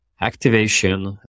activation